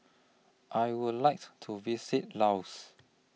I Would like to visit Laos